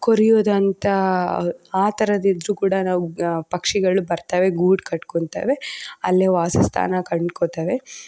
ಕೊರಿಯೋದಂತ ಆ ಥರದ್ದಿದ್ರೂ ಕೂಡ ನಾವು ಪಕ್ಷಿಗಳು ಬರ್ತಾವೆ ಗೂಡು ಕಟ್ಕೋತಾವೆ ಅಲ್ಲೇ ವಾಸಸ್ಥಾನ ಕಂಡ್ಕೋತಾವೆ